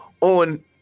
on –